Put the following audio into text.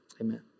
Amen